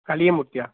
கலியமூர்த்தியா